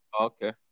Okay